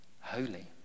holy